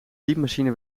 typemachine